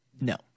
No